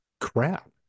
crap